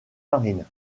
marine